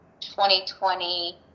2020